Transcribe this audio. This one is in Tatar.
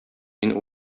мин